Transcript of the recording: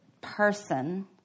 person